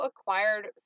acquired